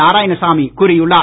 நாராயணசாமி கூறியுள்ளார்